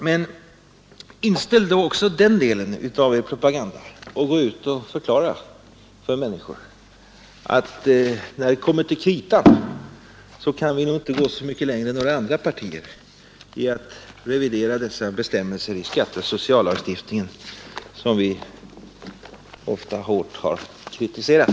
Men inställ då också den delen av er propaganda och gå ut och förklara för människorna att när det kommer till kritan kan ni nog inte gå så mycket längre än några andra partier när det gäller att revidera dessa bestämmelser i skatteoch sociallagstiftningen som ni så ofta och så hårt har kritiserat.